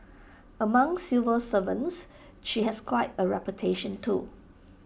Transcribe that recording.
among civil servants she has quite A reputation too